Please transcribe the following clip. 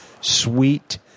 sweet